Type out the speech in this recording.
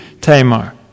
Tamar